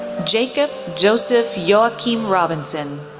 jakob josef joachim robinson,